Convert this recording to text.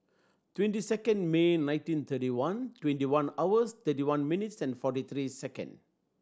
twenty second May nineteen thirty one twenty one hours thirty one minutes and forty three second